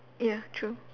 ya true